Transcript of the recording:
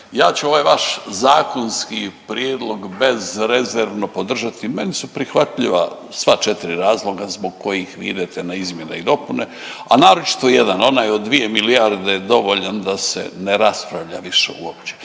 Ja ću ovaj vaš zakonski prijedlog bezrezervno podržati, meni su prihvatljiva sva četri razloga zbog kojih vi idete na izmjene i dopune, a naročito jedan onaj od dvije milijarde dovoljan da se ne raspravlja više uopće.